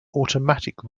automatic